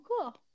Cool